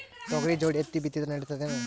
ತೊಗರಿ ಜೋಡಿ ಹತ್ತಿ ಬಿತ್ತಿದ್ರ ನಡಿತದೇನು?